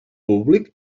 públic